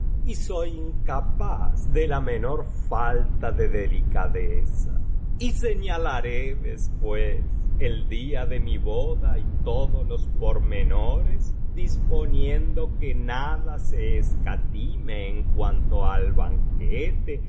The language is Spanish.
y soy incapaz de la menor falta de delicadeza y señalaré después el día de mi boda y todos los pormenores disponiendo que nada se escatime en cuanto al banquete